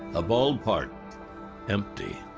a ballpark empty,